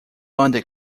under